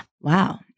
Wow